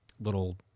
little